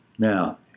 Now